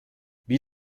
wie